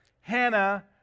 Hannah